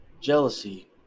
jealousy